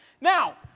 Now